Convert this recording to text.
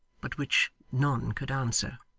but which none could answer.